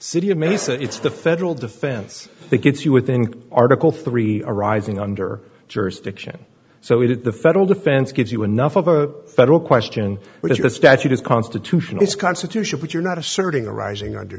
city of mesa it's the federal defense that gets you within article three arising under jurisdiction so we did the federal defense gives you enough of a federal question which is the statute is constitutional it's constitutional but you're not asserting a rising under